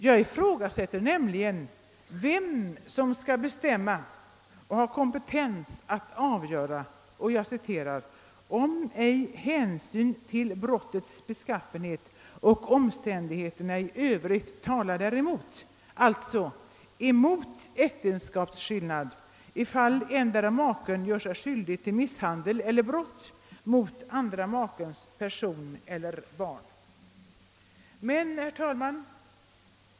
Jag ifrågasätter nämligen vem som skall bestämma och ha kompetens att avgöra »om ej hänsyn till brottets beskaffenhet och omständigheterna i övrigt tala däremot» —— alltså emot äktenskapsskillnad ifall endera maken gör sig skyldig till misshandel eller brott mot andra makens person eller barn.